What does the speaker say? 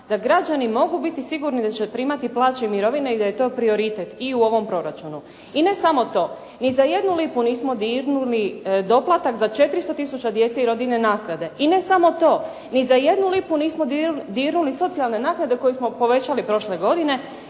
da građani mogu biti sigurni da će primati plaće i mirovine i da je to prioritet. I u ovom proračunu. I ne samo to. Ni za jednu lipu nismo dirnuli doplatak za 400 tisuća djece i rodiljne naknade. I ne samo to. Ni za jednu lipu nismo dirnuli socijalne naknade koje smo povećali prošle godine.